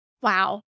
Wow